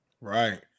right